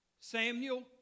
Samuel